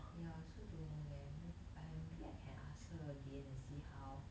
ya so don't know leh maybe I maybe I can ask her again and see how